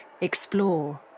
explore